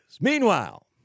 Meanwhile